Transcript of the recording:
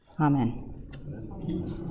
Amen